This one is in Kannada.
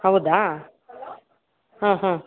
ಹೌದಾ ಹಾಂ ಹಾಂ